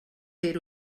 fer